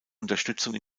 unterstützung